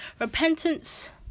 repentance